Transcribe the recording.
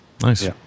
nice